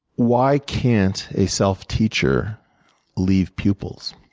why can't a self teacher leave pupils?